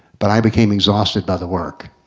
but i became exhausted by the work.